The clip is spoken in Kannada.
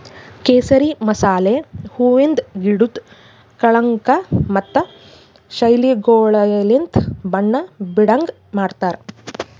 ಕೇಸರಿ ಮಸಾಲೆ ಹೂವಿಂದ್ ಗಿಡುದ್ ಕಳಂಕ ಮತ್ತ ಶೈಲಿಗೊಳಲಿಂತ್ ಬಣ್ಣ ಬೀಡಂಗ್ ಮಾಡ್ತಾರ್